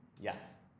yes